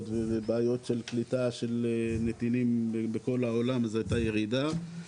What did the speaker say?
ובעיות של קליטה של נתינים בכל העולם אז הייתה ירידה.